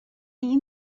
این